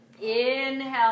Inhale